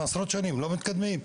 עשרות שנים לא מתקדמים,